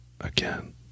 Again